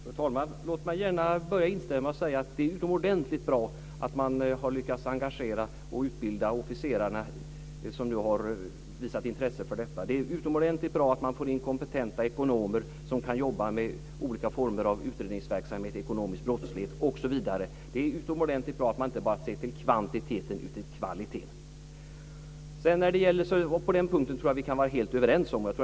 Fru talman! Jag vill till en början gärna instämma i att det är utomordentligt bra att man har lyckats engagera och utbilda officerare som har visat intresse för polisyrket. Det är utomordentligt bra att man får in kompetenta ekonomer som kan arbeta med olika former av utredningsverksamhet vid ekonomisk brottslighet, osv. Det är utomordentligt bra att man inte bara ser till kvantiteten utan också till kvaliteten. På den punkten tror jag att vi kan vara helt överens.